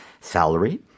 salary